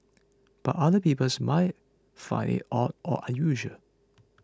but other peoples might find it odd or unusual